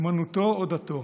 לאמונתו או לדתו.